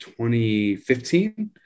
2015